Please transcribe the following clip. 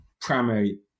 primary